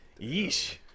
yeesh